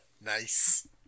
Nice